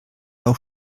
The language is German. auch